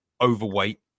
overweight